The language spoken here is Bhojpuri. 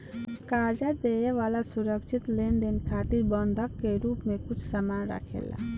कर्जा देवे वाला सुरक्षित लेनदेन खातिर बंधक के रूप में कुछ सामान राखेला